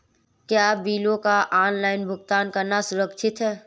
क्या बिलों का ऑनलाइन भुगतान करना सुरक्षित है?